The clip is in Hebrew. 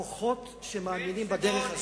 הכוחות שמאמינים בדרך הזאת,